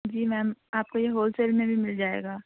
جی ma'am آپ کو wholesale میں بھی مل جائے گا